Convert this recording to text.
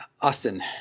Austin